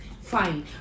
Fine